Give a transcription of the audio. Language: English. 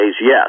yes